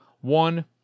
One